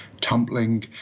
tumbling